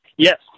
Yes